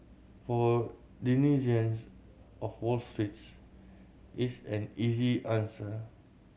for denizens of Wall Streets it's an easy answer